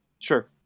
sure